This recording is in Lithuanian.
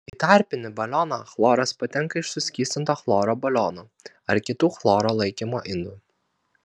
į tarpinį balioną chloras patenka iš suskystinto chloro balionų ar kitų chloro laikymo indų